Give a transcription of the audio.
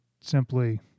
simply